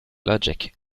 logic